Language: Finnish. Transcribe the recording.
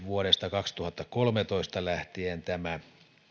vuodesta kaksituhattakolmetoista lähtien tämä